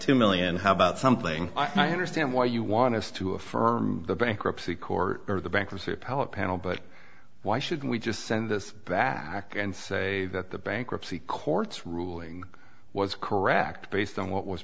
two million how about something i understand why you want us to affirm the bankruptcy court or the bankruptcy power panel but why should we just send this back and say that the bankruptcy court's ruling was correct based on what was